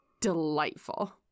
delightful